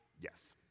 Yes